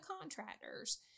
contractors